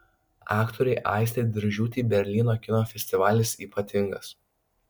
aktorei aistei diržiūtei berlyno kino festivalis ypatingas